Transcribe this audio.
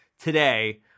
today